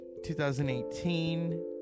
2018